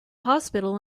hospital